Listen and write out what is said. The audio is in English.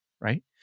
right